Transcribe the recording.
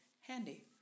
handy